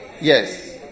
Yes